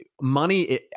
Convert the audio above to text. money